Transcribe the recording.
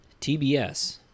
TBS